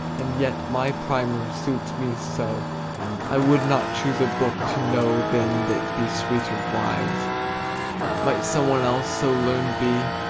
and yet, my primer suits me so i would not choose a book to know than that, be sweeter wise might some one else so learned be,